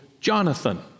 Jonathan